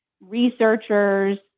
researchers